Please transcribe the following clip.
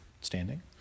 standing